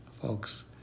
folks